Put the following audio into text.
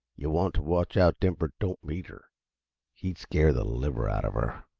yuh want t' watch out denver don't meet her he'd scare the liver out ah her.